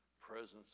presence